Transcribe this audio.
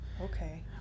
okay